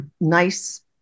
nice